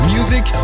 Music